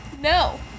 No